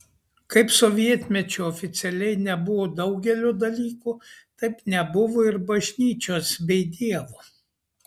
kaip sovietmečiu oficialiai nebuvo daugelio dalykų taip nebuvo ir bažnyčios bei dievo